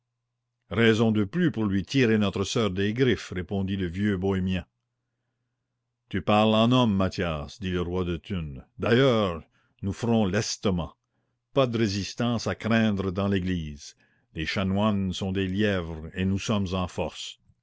raison de plus pour lui tirer notre soeur des griffes répondit le vieux bohémien tu parles en homme mathias dit le roi de thunes d'ailleurs nous ferons lestement pas de résistance à craindre dans l'église les chanoines sont des lièvres et nous sommes en force